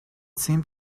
seemed